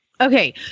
Okay